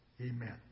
Amen